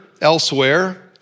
elsewhere